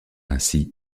ainsi